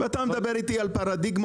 ואתה מדבר איתי על פרדיגמות,